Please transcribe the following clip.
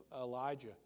Elijah